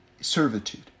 servitude